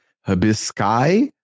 hibiscus